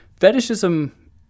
Fetishism